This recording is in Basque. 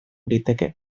liteke